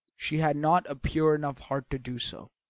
she had not a pure enough heart to do so.